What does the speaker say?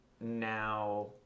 now